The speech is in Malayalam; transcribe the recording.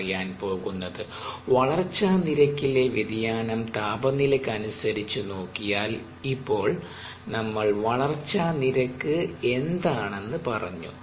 അറിയാൻ പോകുന്നത് വളർച്ചാ നിരക്കിലെ വ്യതിയാനം താപനിലക്കനുസരിച്ച് നോക്കിയാൽ ഇപ്പോൾ നമ്മൾ വളർച്ചാ നിരക്ക് എന്താണെന്ന് പറഞ്ഞു